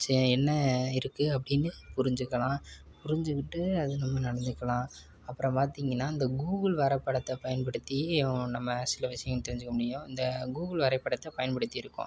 செ என்ன இருக்கு அப்படின்னு புரிஞ்சுக்கலாம் புரிஞ்சுக்கிட்டு அது நம்ம நடந்துக்கலாம் அப்புறம் பார்த்திங்கனா இந்த கூகுள் வரப்படத்தை பயன்படுத்தி நம்ம சில விஷயம் தெரிஞ்சிக்க முடியும் இந்த கூகுள் வரைப்படத்தை பயன்படுத்தி இருக்கோம்